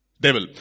Devil